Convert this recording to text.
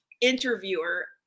interviewer